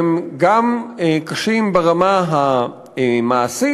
הן גם קשות ברמה המעשית,